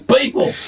People